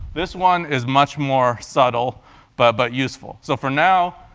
this one is much more subtle but but useful. so for now,